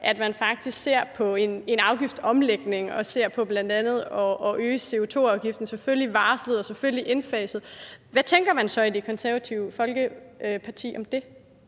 at man faktisk ser på en afgiftsomlægning og ser på bl.a. at øge CO₂-afgiften, selvfølgelig varslet og selvfølgelig indfaset, hvad tænker man så i Det Konservative Folkeparti om det?